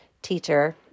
teacher